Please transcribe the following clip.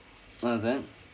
what was that